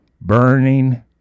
burning